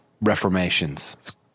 reformations